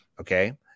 okay